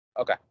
Okay